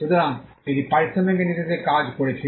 সুতরাং এটি পারিশ্রমিকের নীতিতে কাজ করেছিল